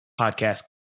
podcast